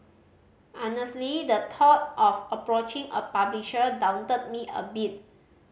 honestly the thought of approaching a publisher daunted me a bit